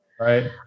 Right